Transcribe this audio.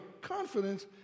confidence